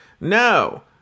No